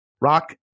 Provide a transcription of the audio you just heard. Rock